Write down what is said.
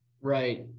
right